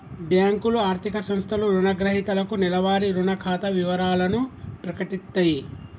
బ్యేంకులు, ఆర్థిక సంస్థలు రుణగ్రహీతలకు నెలవారీ రుణ ఖాతా వివరాలను ప్రకటిత్తయి